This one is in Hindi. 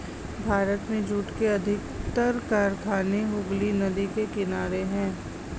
भारत में जूट के अधिकतर कारखाने हुगली नदी के किनारे हैं